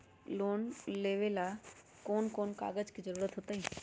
Loan लेवेला कौन कौन कागज के जरूरत होतई?